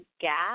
Gap